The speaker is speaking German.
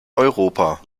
europa